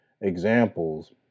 examples